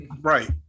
Right